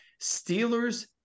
Steelers